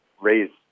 raised